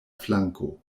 flanko